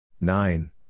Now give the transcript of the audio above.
Nine